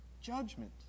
Judgment